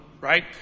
right